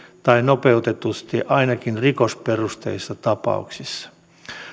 tai nopeutetusti ainakin rikosperusteisissa tapauksissa